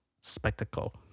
spectacle